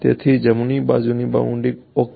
તેથી જમણી બાજુની બાઉન્ડ્રી ઓકે